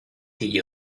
thì